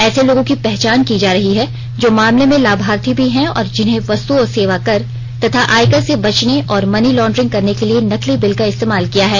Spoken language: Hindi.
ऐसे लोगों की पहचान की जा रही है जो मामले में लाभार्थी भी हैं और जिन्होंने वस्तु और सेवा कर तथा आयकर से बचने और मनी लॉन्ड्रिंग करने के लिए नकली बिल का इस्तेमाल किया है